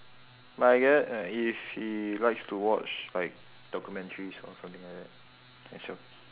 my gue~ uh if he likes to watch like documentary or something like that uh show